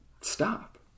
Stop